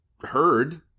heard